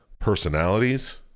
personalities